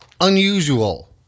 Unusual